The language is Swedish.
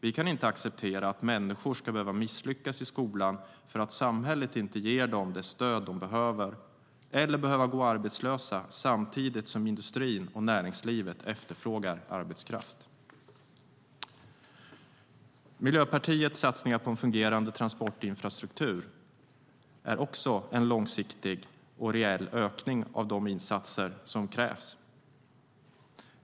Vi kan inte acceptera att människor ska behöva misslyckas i skolan för att samhället inte ger dem det stöd de behöver eller att de ska behöva gå arbetslösa samtidigt som industrin och näringslivet efterfrågar arbetskraft. Miljöpartiets satsningar på en fungerande transportinfrastruktur är också en långsiktig och reell ökning av de insatser som krävs.